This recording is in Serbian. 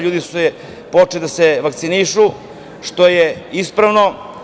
Ljudi su počeli da se vakcinišu, što je ispravno.